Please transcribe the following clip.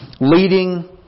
leading